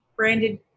branded